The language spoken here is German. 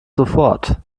sofort